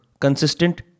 Consistent